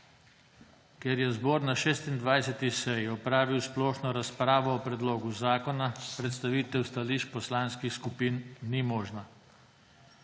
Ker je zbor na 26. seji opravil splošno razpravo o predlogu zakona, predstavitev stališč poslanskih skupin ni možna.